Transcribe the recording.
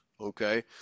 okay